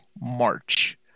March